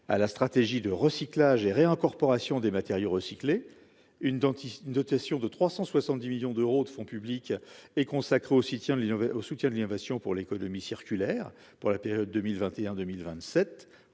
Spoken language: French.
à la stratégie de recyclage et réincorporation des matériaux recyclés, une dentiste une dotation de 370 millions d'euros de fonds publics et consacré aussi, tiens, il y avait au soutien de l'innovation pour l'économie circulaire pour la période 2021 2027,